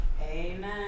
Amen